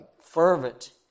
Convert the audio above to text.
fervent